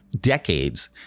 decades